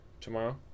tomorrow